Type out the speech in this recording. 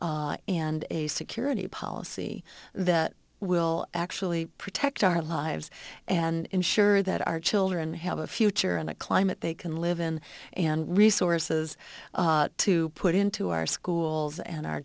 and a security policy that will actually protect our lives and ensure that our children have a future and a climate they can live in and resources to put into our schools and our